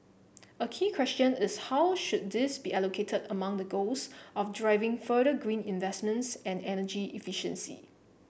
a key question is how should these be allocated among the goals of driving further green investments and energy efficiency